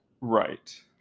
Right